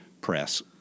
Press